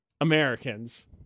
Americans